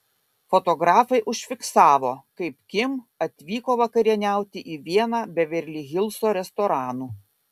fotografai užfiksavo kaip kim atvyko vakarieniauti į vieną beverli hilso restoranų